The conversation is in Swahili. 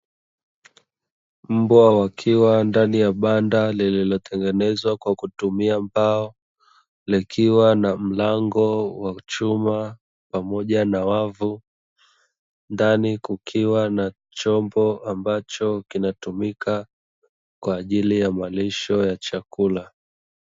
Mbwa wakiwa ndani ya banda lililo tengenezwa kwa kutumia mbao, likiwa na mlango wa chuma pamoja na wavu, ndani kukiwa na chombo ambacho kinatumika kwa ajili ya malisho ya chakula.